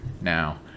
Now